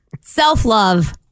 self-love